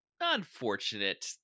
unfortunate